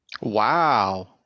Wow